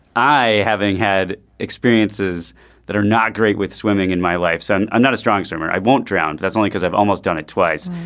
i having had experiences that are not great with swimming in my life so and i'm not a strong swimmer. i won't drown. that's only because i've almost done it twice.